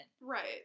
Right